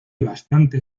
bastante